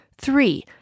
Three